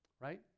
Right